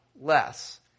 less